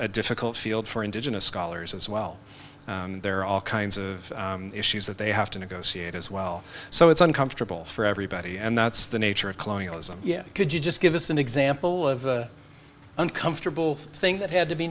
a difficult field for indigenous scholars as well and there are all kinds of issues that they have to negotiate as well so it's uncomfortable for everybody and that's the nature of colonialism yet could you just give us an example of an uncomfortable thing that had to be